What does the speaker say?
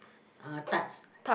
uh tarts